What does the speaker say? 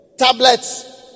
Tablets